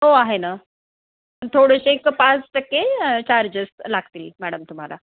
हो आहे ना थोडेसे एक पाच टक्के चार्जेस लागतील मॅडम तुम्हाला